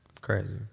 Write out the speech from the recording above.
crazy